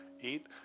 eat